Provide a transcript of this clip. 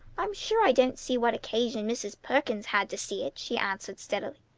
i'm sure i don't see what occasion mrs. perkins had to see it, she answered steadily.